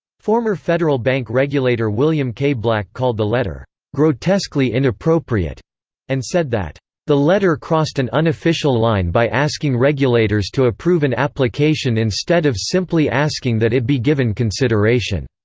former federal bank regulator william k. black called the letter grotesquely inappropriate and said that the letter crossed an unofficial line by asking regulators to approve an application instead of simply asking that it be given consideration.